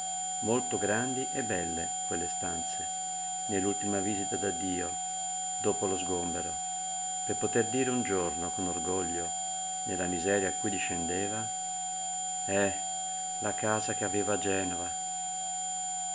molto grandi e belle quelle stanze nell'ultima visita d'addio dopo lo sgombero per poter dire un giorno con orgoglio nella miseria a cui discendeva eh la casa che avevo a genova